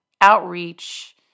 outreach